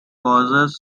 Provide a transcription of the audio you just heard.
causes